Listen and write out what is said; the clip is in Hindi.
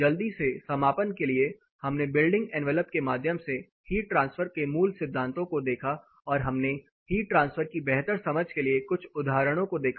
जल्दी से समापन के लिए हमने बिल्डिंग एन्वेलप के माध्यम से हीट ट्रांसफर के मूल सिद्धांतों को देखा और हमने हीट ट्रांसफर की बेहतर समझ के लिए कुछ उदाहरणों को देखा